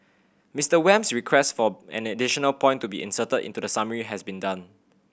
Mister Wham's request for an additional point to be inserted into the summary has been done